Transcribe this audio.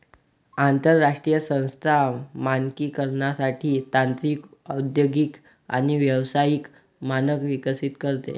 आंतरराष्ट्रीय संस्था मानकीकरणासाठी तांत्रिक औद्योगिक आणि व्यावसायिक मानक विकसित करते